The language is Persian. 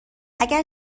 اگر